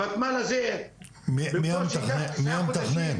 הוותמ"ל הזה במקום שייקח תשעה חודשים,